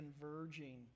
converging